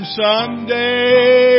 someday